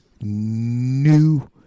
new